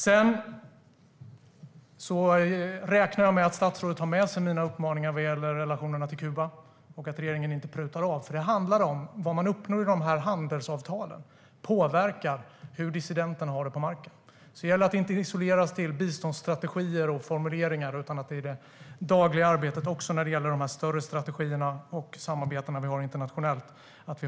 Jag räknar med att statsrådet tar med sig mina uppmaningar vad gäller relationerna till Kuba och att regeringen inte prutar av. Det man uppnår i handelsavtalen påverkar hur dissidenten har det på marken. Det gäller att inte isoleras till biståndsstrategier och formuleringar utan att hålla detta högt i det dagliga arbetet också när det gäller de större strategierna och samarbetena vi har internationellt.